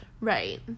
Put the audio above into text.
Right